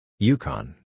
Yukon